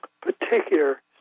particular